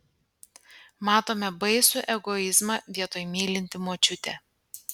matome baisų egoizmą vietoj mylinti močiutė